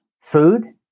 food